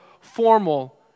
formal